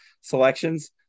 selections